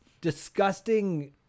disgusting